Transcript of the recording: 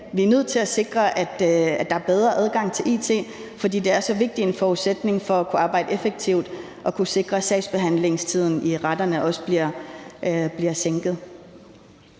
Vi er nødt til at sikre, at der er bedre adgang til it, fordi det er så vigtig en forudsætning for at kunne arbejde effektivt og at kunne sikre, at sagsbehandlingstiden i retterne også bliver sænket.